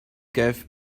gave